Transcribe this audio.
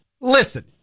listen